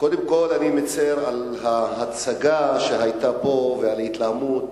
קודם כול, אני מצר על ההצעה שהיתה פה ועל ההתלהמות